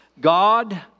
God